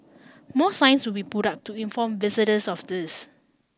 more signs will be put up to inform visitors of this